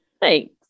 Thanks